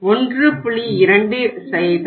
20 0